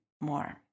more